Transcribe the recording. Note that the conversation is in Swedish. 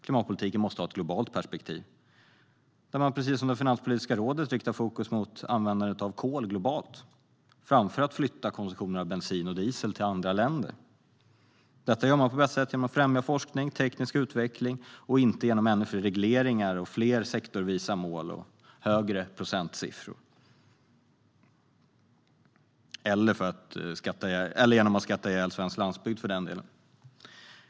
Klimatpolitiken måste ha ett globalt perspektiv där man, precis som Finanspolitiska rådet gör, riktar fokus mot att minska användandet av kol globalt framför att flytta konsumtionen av bensin och diesel till andra länder. Detta gör man på bästa sätt genom att främja forskning och teknisk utveckling och inte genom ännu fler regleringar, fler sektorsvisa mål och högre procentsiffror eller för den delen genom att skatta ihjäl svensk landsbygd.